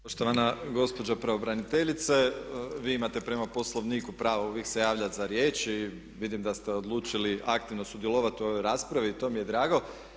Poštovana gospođo pravobraniteljice, vi imate prema Poslovniku pravo uvijek se javljati za riječ i vidim da ste odlučili aktivno sudjelovati u ovoj raspravi i to mi je drago.